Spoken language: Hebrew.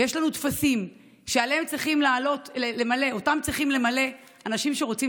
ויש לנו טפסים שאותם צריכים למלא אנשים שרוצים